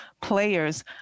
players